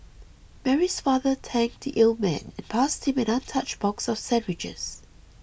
Mary's father thanked the old man and passed him an untouched box of sandwiches